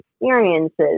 experiences